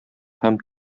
һәм